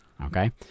okay